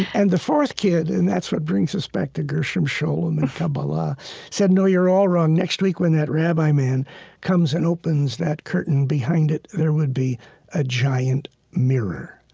and the fourth kid and that's what brings us back to gershom scholem and kabbalah said no, you're all wrong. next week when that rabbi man comes and opens that curtain, behind it, there would be a giant mirror.